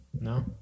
No